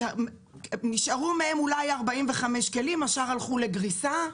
נשארו מהם אולי 45 כלים, השאר הלכו לגריסה.